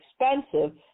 expensive